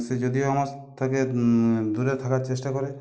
সে যদিও আমার থেকে দূরে থাকার চেষ্টা করে